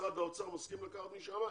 משרד האוצר מסכים לקחת משם,